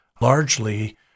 largely